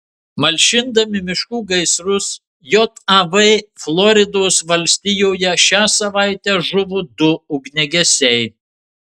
malšindami miškų gaisrus jav floridos valstijoje šią savaitę žuvo du ugniagesiai